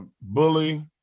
Bully